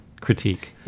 critique